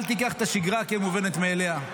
אל תיקח את השגרה כמובנת מאליה.